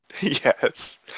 Yes